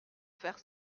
faire